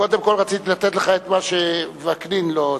קודם כול רציתי לתת לך את מה שוקנין לא,